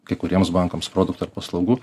kai kuriems bankams produktų ar paslaugų